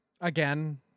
again